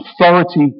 authority